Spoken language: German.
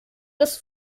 des